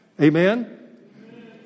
Amen